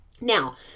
Now